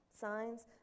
signs